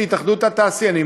התאחדות התעשיינים,